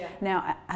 Now